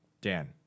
dan